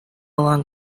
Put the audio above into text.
along